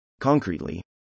Concretely